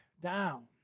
down